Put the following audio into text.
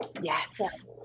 Yes